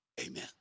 amen